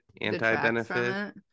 Anti-benefit